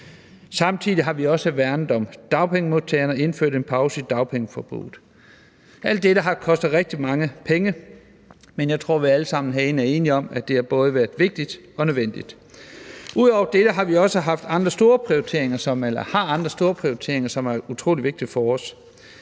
Samtidig har vi også værnet om dagpengemodtagerne ved at indføre en pause i dagpengeforbruget. Alt dette har kostet rigtig mange penge, men jeg tror, vi alle sammen herinde er enige om, at det har været både vigtigt og nødvendigt. Ud over dette har vi også andre store prioriteringer, som er utrolig vigtige for os.